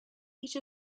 each